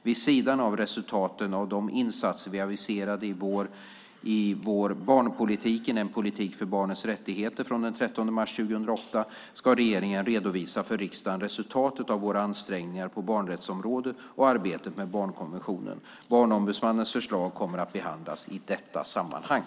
Vid sidan av resultaten av de insatser vi aviserade i Barnpolitiken - en politik för barnets rättigheter från den 13 mars 2008 ska regeringen redovisa för riksdagen resultaten av våra ansträngningar på barnrättsområden och arbetet med barnkonventionen. Barnombudsmannens förslag kommer att behandlas i detta sammanhang.